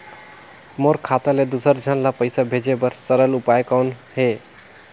मोर खाता ले दुसर झन ल पईसा भेजे बर सरल उपाय कौन हे?